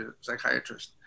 psychiatrist